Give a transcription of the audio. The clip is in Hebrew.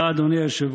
תודה, אדוני היושב-ראש.